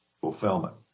fulfillment